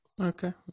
Okay